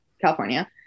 California